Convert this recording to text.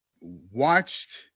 watched